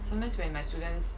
sometimes when my students